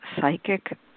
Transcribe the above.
psychic